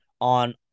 on